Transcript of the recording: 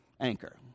anchor